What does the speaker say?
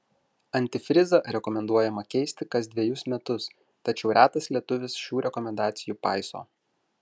antifrizą rekomenduojama keisti kas dvejus metus tačiau retas lietuvis šių rekomendacijų paiso